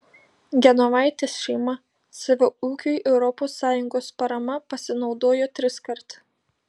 genovaitės šeima savo ūkiui europos sąjungos parama pasinaudojo triskart